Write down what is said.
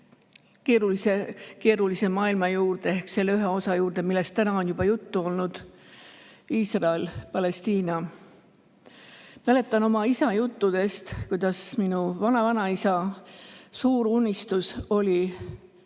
keerulise maailma juurde ehk selle ühe osa juurde, millest täna on juba juttu olnud: Iisrael ja Palestiina. Mäletan oma isa juttudest, kuidas minu vanavanaisa suur unistus oli